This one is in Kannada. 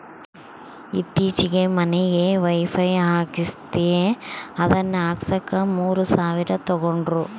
ಈತ್ತೀಚೆಗೆ ಮನಿಗೆ ವೈಫೈ ಹಾಕಿಸ್ದೆ ಅದನ್ನ ಹಾಕ್ಸಕ ಮೂರು ಸಾವಿರ ತಂಗಡ್ರು